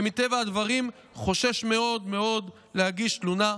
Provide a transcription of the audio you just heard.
שמטבע הדברים חושש מאוד מאוד להגיש תלונה,